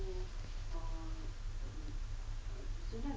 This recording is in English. you know